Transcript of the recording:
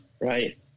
right